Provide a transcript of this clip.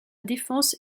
défense